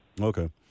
Okay